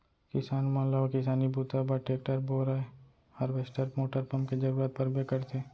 किसान मन ल किसानी बूता बर टेक्टर, बोरए हारवेस्टर मोटर पंप के जरूरत परबे करथे